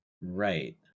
right